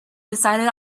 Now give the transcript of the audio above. decided